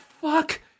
fuck